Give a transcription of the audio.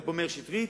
היה פה מאיר שטרית,